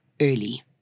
early